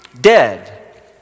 Dead